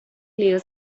clear